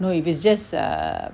you know if it's just err